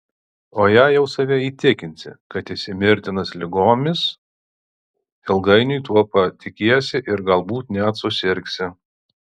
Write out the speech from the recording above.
o jei jau save įtikinsi kad esi mirtinas ligomis ilgainiui tuo patikėsi ir galbūt net susirgsi